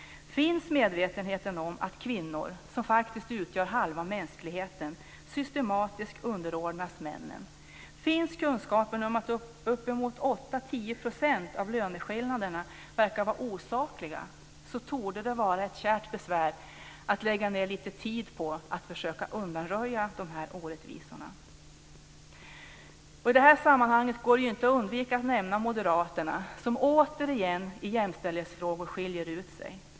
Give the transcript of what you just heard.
Finns medvetenheten om att kvinnor, som faktiskt utgör halva mänskligheten, systematiskt underordnas männen, finns kunskapen om att 8-10 % av löneskillnaderna verkar vara osakliga, torde det vara ett kärt besvär att lägga ned lite tid på att försöka undanröja de här orättvisorna. I det här sammanhanget går det inte att undvika att nämna moderaterna, som återigen i jämställdhetsfrågor skiljer ut sig.